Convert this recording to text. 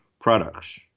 products